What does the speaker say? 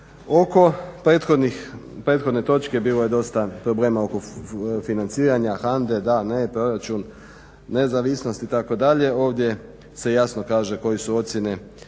Oko prethodne točke bilo je dosta problema oko financiranja HANDA-e. Da, ne, proračun, nezavisnost itd. Ovdje se jasno kaže koje su ocjene